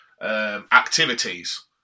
activities